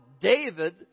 David